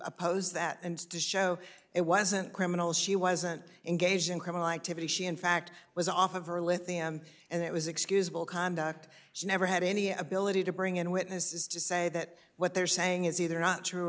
opposed that and to show it wasn't criminal she wasn't engaged in criminal activity she in fact was off of her lithium and it was excusable conduct she never had any ability to bring in witnesses to say that what they're saying is either not true